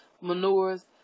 Manures